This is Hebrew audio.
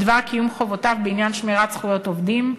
בדבר קיום חובותיו בעניין שמירת זכויות עובדים,